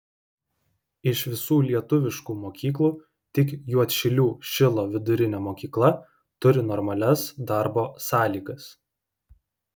iš visų lietuviškų mokyklų tik juodšilių šilo vidurinė mokykla turi normalias darbo sąlygas